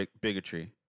bigotry